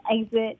exit